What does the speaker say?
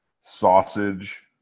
sausage